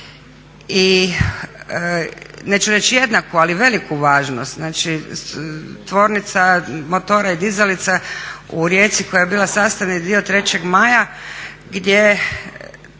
i neću reći jednaku, ali veliku važnost. Znači, tvornica motora i dizalica u Rijeci koja je bila sastavni dio 3. Maja gdje